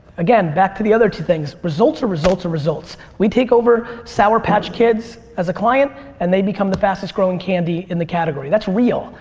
again, back the other two things results are results are results. we take over sour patch kids as a client and they become the fastest-growing candy in the category. that's real.